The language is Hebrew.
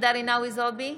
ג'ידא רינאוי זועבי,